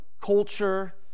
culture